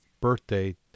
birthday